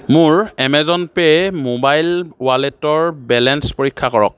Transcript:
মোৰ এমেজন পে'ৰ ম'বাইল ৱালেটৰ বেলেঞ্চ পৰীক্ষা কৰক